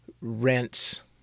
rents